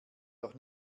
doch